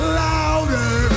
louder